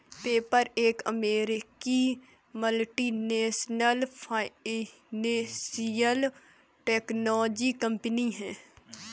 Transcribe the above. PayPal एक अमेरिकी multinational financial technology company है